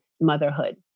motherhood